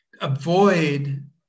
avoid